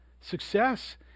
Success